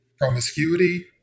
promiscuity